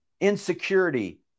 insecurity